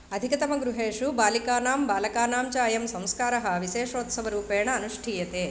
अधिकतमगृहेषु बालिकानां बालकानां च अयं संस्कारः विशेषोत्सवरूपेण अनुष्ठीयते